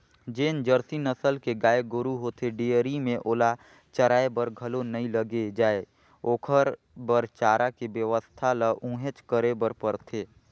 जेन जरसी नसल के गाय गोरु होथे डेयरी में ओला चराये बर घलो नइ लेगे जाय ओखर बर चारा के बेवस्था ल उहेंच करे बर परथे